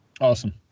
Awesome